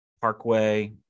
parkway